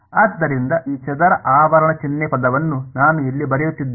ಆದ್ದರಿಂದ ಈ ಚದರ ಆವರಣ ಚಿಹ್ನೆ ಪದವನ್ನು ನಾನು ಇಲ್ಲಿ ಬರೆಯುತ್ತಿದ್ದೇನೆ